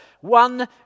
one